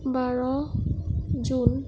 বাৰ June